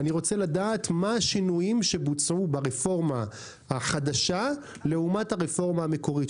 אני רוצה לדעת מה השינויים שבוצעו ברפורמה החדשה לעומת הרפורמה המקורית,